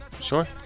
sure